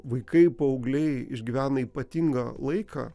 vaikai paaugliai išgyvena ypatingą laiką